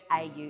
AU